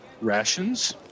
rations